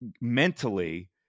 mentally